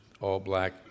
all-black